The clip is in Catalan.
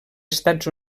estats